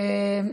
כן.